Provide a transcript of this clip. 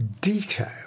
detail